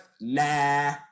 nah